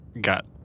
got